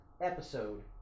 episode